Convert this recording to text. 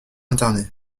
interné